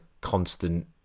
constant